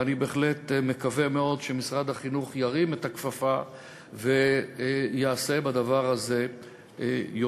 ואני בהחלט מקווה מאוד שמשרד החינוך ירים את הכפפה ויעשה בדבר הזה יותר.